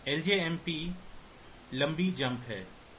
लजमप लंबी jump है